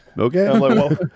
Okay